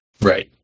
Right